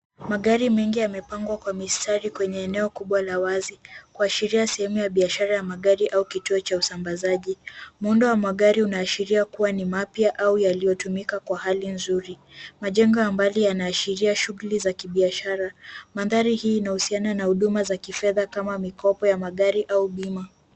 Magari mengi yamepangwa kwa mistari kwenye eneo kubwa la wazi. Kuashiria sehemu ya biashara ya magari au kituo cha usambazaji. Muundo wa magari unaashiria kuwa ni mapya au yaliyotumika kwa hali nzuri. Majengo ya mbali yanaashiria shughuli za kibiashara. Mandhari hii inahusiana na huduma za kifedha kama mikopo ya magari au bima.